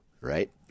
right